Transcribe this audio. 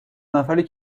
نفری